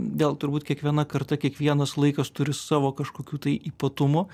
vėl turbūt kiekviena karta kiekvienas laikas turi savo kažkokių tai ypatumų